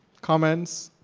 comments?